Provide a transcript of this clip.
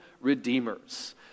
redeemers